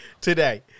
today